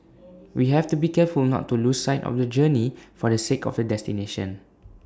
we have to be careful not to lose sight of the journey for the sake of the destination